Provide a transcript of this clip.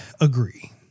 agree